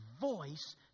voice